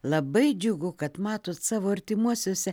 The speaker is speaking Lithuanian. labai džiugu kad matot savo artimuosiuose